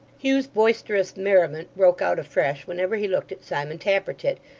hugh's boisterous merriment broke out afresh whenever he looked at simon tappertit,